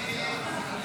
נגד.